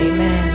Amen